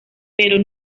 pero